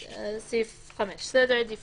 ראשי על יסוד חוות דעת של קצין